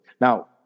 Now